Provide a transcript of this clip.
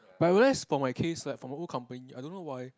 but whereas for my case like for my old company I don't know why